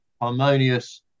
harmonious